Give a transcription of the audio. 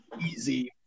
easy